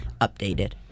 updated